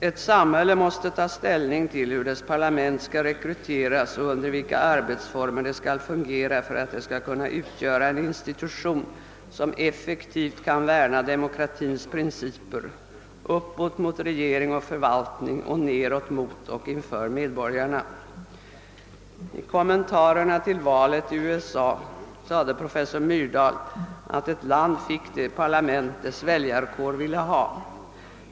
Ett samhälle måste ta ställning till hur dess parlament skall rekryteras och under vilka arbetsformer det skall fungera för att kunna utgöra en institution som effektivt kan värna demokratins principer, uppåt mot regering och förvaltning och nedåt mot och inför medborgarna. I kommentarerna till valet i USA sade professor Myrdal att ett land fick det parlament dess väljarkår ville ha.